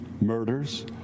murders